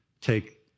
take